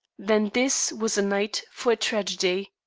then this was a night for a tragedy.